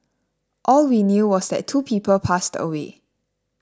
all we knew was that two people passed away